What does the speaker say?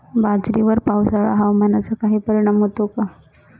बाजरीवर पावसाळा हवामानाचा काही परिणाम होतो का?